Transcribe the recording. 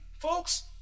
Folks